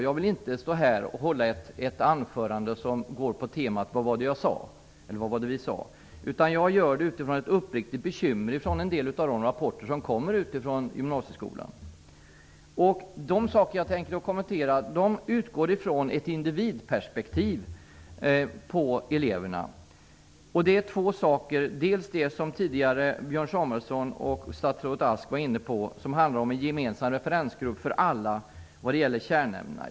Jag vill inte hålla ett anförande på temat: Vad var det vi sade? Jag gör detta för att vi är uppriktigt bekymrade över en del av de rapporter som kommer från gymnasieskolan. De saker som jag tänker kommentera utgår från ett individperspektiv på eleverna. En sak var Björn Samuelson och statsrådet Ask tidigare inne på, och den handlar om en gemensam referensgrupp för alla vad gäller kärnämnena.